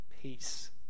peace